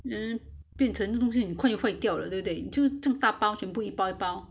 mm 就变成东西很快就坏掉了对不对就这样大包全部一包一包